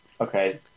Okay